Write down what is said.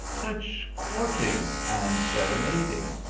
such courting and serenad ing!